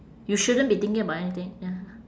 you shouldn't be thinking about anything ya